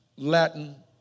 Latin